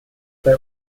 bei